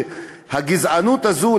הגזענות הזאת,